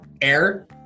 air